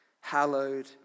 hallowed